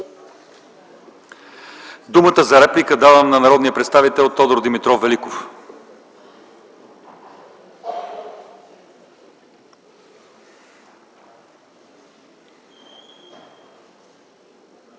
Думата за реплика давам на народния представител Тодор Димитров Великов.